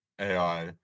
ai